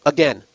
Again